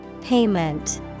Payment